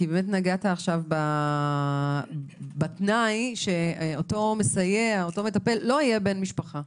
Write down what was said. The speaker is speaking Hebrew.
כי באמת נגעת בתנאי שאותו מסייע או אותו מטפל לא יהיה בן משפחה,